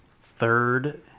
third